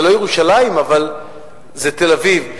זה לא ירושלים אבל זה תל-אביב,